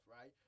right